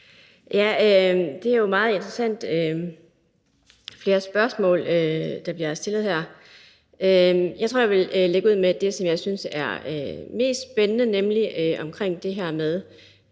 Det er jo meget interessant, og der bliver stillet flere spørgsmål her. Jeg tror, jeg vil lægge ud med det, som jeg synes er mest spændende, nemlig om det her med,